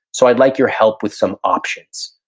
so i'd like your help with some options.